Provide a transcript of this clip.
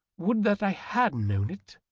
would that i had known it.